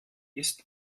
ist